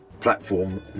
platform